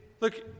look